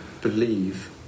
believe